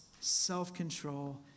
self-control